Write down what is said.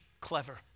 clever